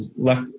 left